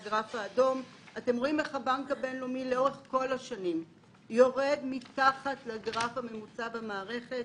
אתם רואים איך הבנק הבינלאומי לאורך כל השנים יורד מתחת לממוצע במערכת.